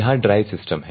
यहां drive system है